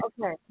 okay